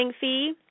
fee